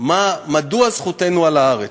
מדוע זכותנו על ארץ.